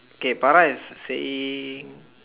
okay para is saying